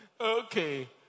Okay